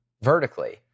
vertically